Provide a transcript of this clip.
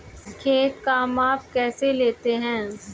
खेत का माप कैसे लेते हैं?